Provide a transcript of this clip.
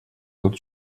тот